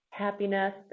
Happiness